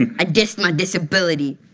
i dissed my disability.